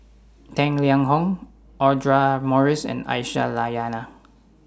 Tang Liang Hong Audra Morrice and Aisyah Lyana